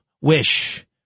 wish